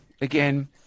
again